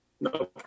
No